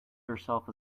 herself